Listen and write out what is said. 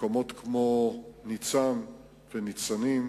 מקומות כמו ניצן וניצנים,